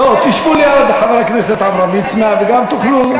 תשבו ליד חבר הכנסת עמרם מצנע וגם תוכלו,